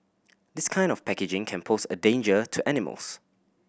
this kind of packaging can pose a danger to animals